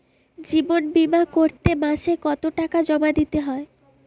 জীবন বিমা করতে মাসে কতো টাকা জমা দিতে হয়?